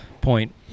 point